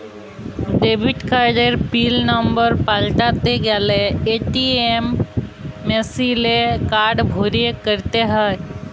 debit কার্ডের PIN number পাল্টাতে গ্যালে এ.টি.এম মেশিলে কার্ড ভরে ক্যরতে হ্য়য়